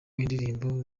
indirimbo